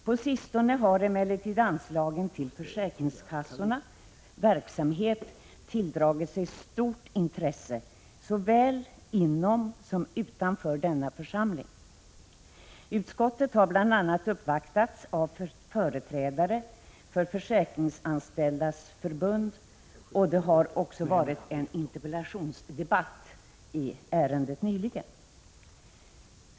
På sistone har emellertid anslagen till försäkringskassornas verksamhet tilldragit sig stort intresse såväl inom som utanför denna församling. Utskottet har bl.a. uppvaktats av företrädare för Försäkringsanställdas förbund, och det har också varit en interpellationsdebatt i ärendet nyligen.